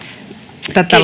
tätä